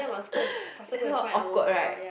it's so awkward right